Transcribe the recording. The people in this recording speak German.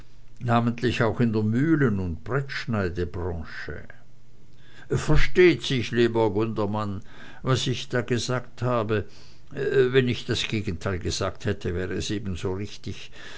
namentlich auch in der mühlen und brettschneidebranche versteht sich lieber gundermann was ich da gesagt habe wenn ich das gegenteil gesagt hätte wäre es ebenso richtig